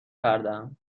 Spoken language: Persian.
کردم